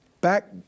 Back